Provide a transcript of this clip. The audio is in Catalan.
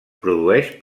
produeix